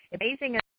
amazing